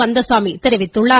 கந்தசாமி தெரிவித்துள்ளார்